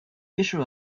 issue